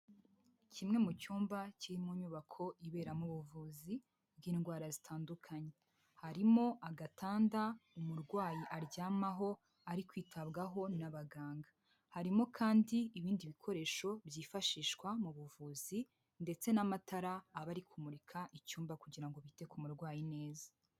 kimwe mu cyumba kiri mu nyubako ibera mu buvuzi bw'indwara zitandukanye harimo agatanda umurwayi aryamaho ari kwitabwaho n'abaganga harimo kandi ibindi bikoresho byifashishwa mu buvuzi ndetse n'amatara aba ari kumurika icyumba kugira ngo bite ku murwayi neza.